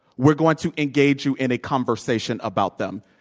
we're going to engage you in a conversation about them.